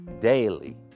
daily